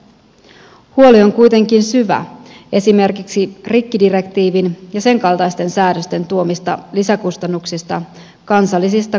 huoli on kuitenkin syvä esimerkiksi rikkidirektiivin ja senkaltaisten säädösten tuomista lisäkustannuksista kansallisista kompensaatioista huolimatta